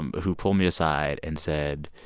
um who pulled me aside and said,